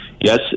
Yes